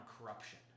corruption